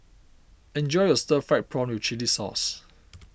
enjoy your Stir Fried Prawn with Chili Sauce